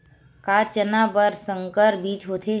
का चना बर संकर बीज होथे?